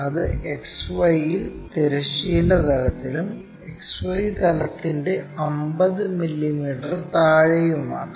അത് XY യിൽ തിരശ്ചീന തലത്തിലും XY തലത്തിൻറെ 50 മില്ലീമീറ്ററിൽ താഴെയുമാണ്